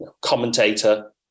commentator